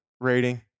rating